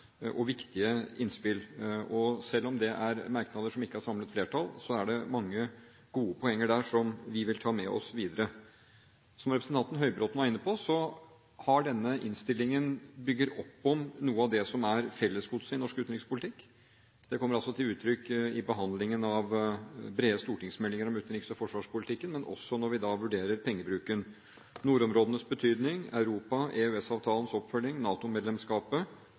med viktige innspill. Selv om det er merknader som ikke har samlet flertall, er det mange gode poenger der som vi vil ta med oss videre. Som representanten Høybråten var inne på, bygger denne innstillingen opp om noe av det som er fellesgodset i norsk utenrikspolitikk. Det kommer til uttrykk i behandlingen av brede stortingsmeldinger om utenriks- og forsvarspolitikken, men også når vi vurderer pengebruken, nordområdenes betydning, Europa, EØS-avtalens oppfølging,